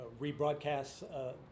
rebroadcasts